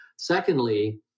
Secondly